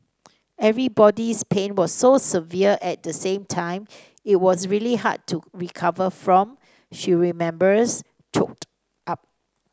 everybody's pain was so severe at the same time it was really hard to recover from she remembers choked up